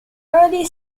early